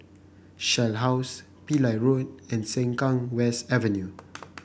Shell House Pillai Road and Sengkang West Avenue